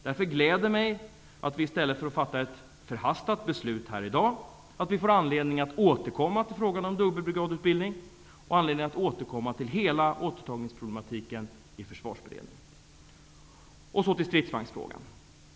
Därför gläder det mig att vi i stället för att fatta ett förhastat beslut i dag får anledning att återkomma till frågan om dubbelbrigadutbildning och anledning att återkomma till hela återtagningsproblematiken i Låt mig så gå över till stridsvagnsfrågan.